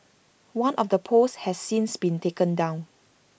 one of the posts has since been taken down